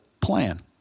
plan